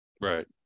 Right